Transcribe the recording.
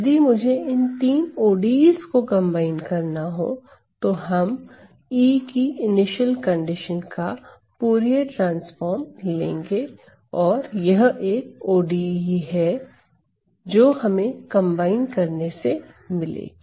यदि मुझे इन 3 ODEs को कंबाइन करना हो तो हम E की इनिशियल कंडीशन का फूरिये ट्रांसफॉर्म लेंगे और यह वह एक ODE है जो हमें कंबाइन करने से मिलेगी